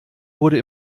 wurde